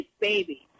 Baby